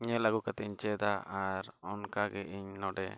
ᱧᱮᱞ ᱟᱹᱜᱩ ᱠᱟᱛᱮᱫ ᱤᱧ ᱪᱮᱫᱟ ᱟᱨ ᱚᱱᱠᱟᱜᱮ ᱤᱧ ᱱᱚᱸᱰᱮ